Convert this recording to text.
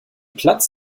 platz